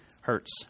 hurts